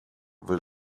will